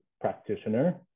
practitioner